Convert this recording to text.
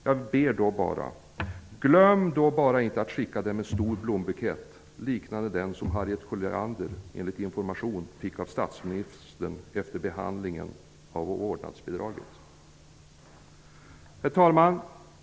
Jag ber då bara: Glöm inte att skicka med en stor blombukett, liknande den som Harriet Colliander, enligt information, fick av statsministern efter behandlingen av vårdnadsbidraget! Herr talman!